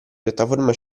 piattaforma